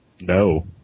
no